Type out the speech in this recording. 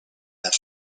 that